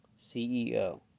CEO